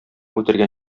үтергән